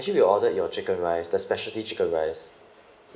actually we ordered your chicken rice the specialty chicken rice